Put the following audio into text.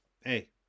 hey